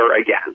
again